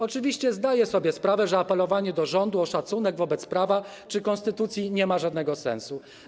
Oczywiście zdaję sobie sprawę, że apelowanie do rządu o szacunek wobec prawa czy konstytucji nie ma żadnego sensu.